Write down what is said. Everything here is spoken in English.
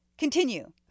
Continue